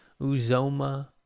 Uzoma